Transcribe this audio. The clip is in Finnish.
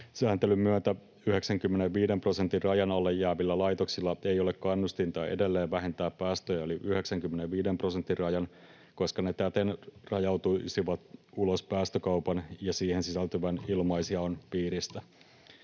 Sääntelyn myötä 95 prosentin rajan alle jäävillä laitoksilla ei ole kannustinta edelleen vähentää päästöjä yli 95 prosentin rajan, koska ne täten rajautuisivat ulos päästökaupan ja siihen sisältyvän ilmaisjaon piiristä.